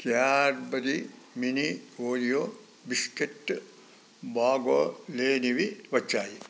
Cadbury mini Oreo biscuit బాగాలేనివి వచ్చాయి